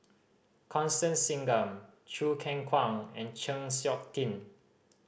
Constance Singam Choo Keng Kwang and Chng Seok Tin